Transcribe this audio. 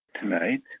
tonight